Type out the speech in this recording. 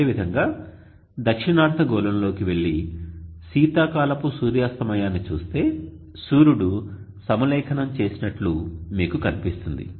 అదేవిధంగా దక్షిణార్థ గోళంలోకి వెళ్లి శీతాకాలపు సూర్యాస్తమయాన్ని చూస్తే సూర్యుడు సమలేఖనం చేసినట్లు మీకు కనిపిస్తుంది